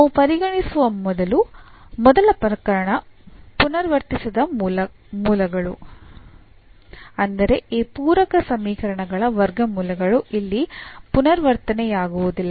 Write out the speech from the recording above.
ನಾವು ಪರಿಗಣಿಸುವ ಮೊದಲ ಪ್ರಕರಣ ಪುನರಾವರ್ತಿಸದ ಮೂಲಗಳು ಅಂದರೆ ಈ ಪೂರಕ ಸಮೀಕರಣಗಳ ವರ್ಗಮೂಲಗಳು ಇಲ್ಲಿ ಪುನರಾವರ್ತನೆಯಾಗುವುದಿಲ್ಲ